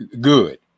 good